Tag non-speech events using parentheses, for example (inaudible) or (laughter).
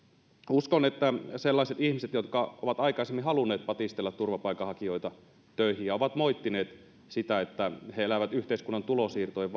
uskon että sellaisetkin ihmiset jotka ovat aikaisemmin halunneet patistella turvapaikanhakijoita töihin ja ovat moittineet että he elävät yhteiskunnan tulonsiirtojen (unintelligible)